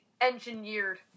engineered